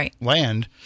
land